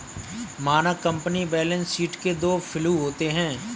मानक company balance sheet के दो फ्लू होते हैं